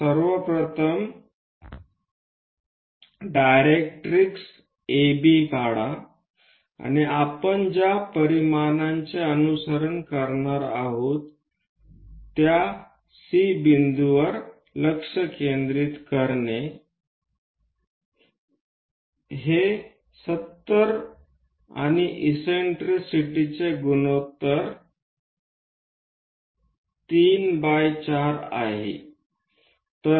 तर सर्वप्रथम directrix AB काढा आणि आपण ज्या परिमाणांचे अनुसरण करणार आहोत त्या C बिंदूवर लक्ष केंद्रित करणे हे 70 आणि इससेन्ट्रिसिटी चे गुणोत्तर 3 बाय 4 आहे